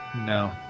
No